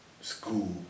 school